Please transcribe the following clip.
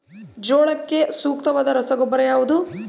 ಜೋಳಕ್ಕೆ ಸೂಕ್ತವಾದ ರಸಗೊಬ್ಬರ ಯಾವುದು?